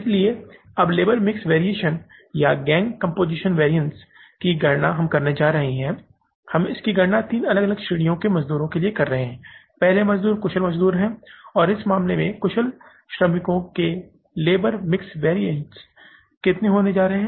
इसलिए अब labour mix variance या गैंग कम्पोजीशन वरियन्स की गणना हम यहाँ करने जा रहे हैं हम इसकी गणना तीन अलग अलग श्रेणियों के मज़दूरों के लिए कर रहे हैं पहले मज़दूर कुशल मज़दूर हैं और इस मामले में कुशल श्रमिकों के लेबर मिक्स वरियन्स कितने होने जा रहे हैं